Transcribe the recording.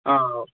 ആ ഓ